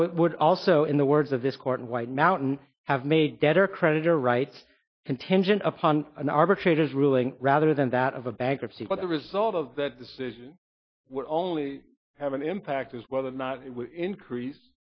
so it would also in the words of this court white mountain have made better creditor rights contingent upon an arbitrator's ruling rather than that of a bankruptcy what the result of that decision were only have an impact is whether or not i